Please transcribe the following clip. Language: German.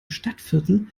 stadtviertel